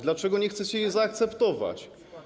Dlaczego nie chcecie jej zaakceptować?